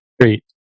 great